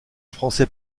français